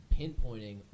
pinpointing